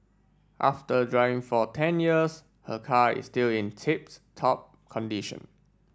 after driving for ten years her car is still in tip top condition